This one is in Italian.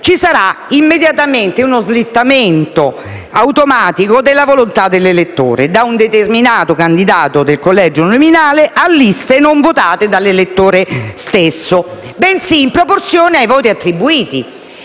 ci sarà immediatamente uno slittamento automatico della volontà dell'elettore da un determinato candidato del collegio uninominale a liste non votate dall'elettore stesso, bensì in proporzione ai voti attribuiti.